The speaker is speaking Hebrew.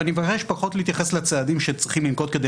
אני מבקש פחות להתייחס לצעדים שצריכים לנקוט כדי